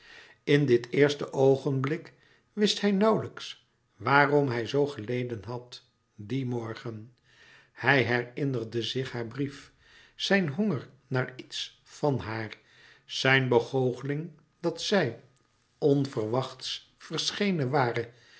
in dit eerste oogenblik wist hij nauwlijks waarom hij zoo geleden had dien morgen hij herinnerde zich haar brief zijn honger naar iets van haar zijn begoocheling dat zij onverwachts verschenen ware